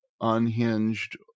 unhinged